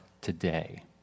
today